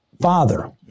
father